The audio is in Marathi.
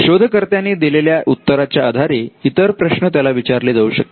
शोधकर्त्या नी दिलेल्या उत्तराच्या आधारे इतर प्रश्न त्याला विचारले जाऊ शकतात